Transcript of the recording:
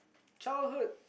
childhood